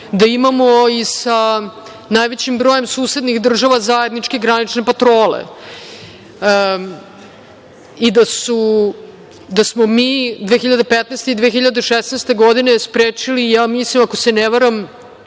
da imamo i sa najvećim brojem susednih država zajedničke granične patrole i da smo mi 2015. i 2016. godine sprečili, ako se ne varam,